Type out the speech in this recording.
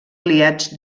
aliats